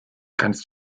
kannst